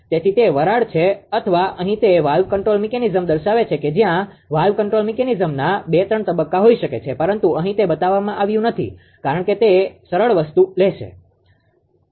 તેથી તે વરાળ છે અથવા અહી તે વાલ્વ કંટ્રોલ મીકેનીઝમ દર્શાવે છે કે જ્યાં વાલ્વ કંટ્રોલ મિકેનિઝમના 2 3 તબક્કા હોઈ શકે છે પરંતુ અહીં તે બતાવવામાં આવ્યું નથી કારણ કે તે સરળ વસ્તુ લેશે